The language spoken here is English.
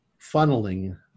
funneling